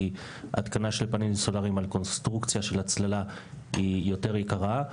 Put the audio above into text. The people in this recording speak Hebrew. כי התקנה של פאנלים סולריים על קונסטרוקציה של הצללה היא יותר יקרה.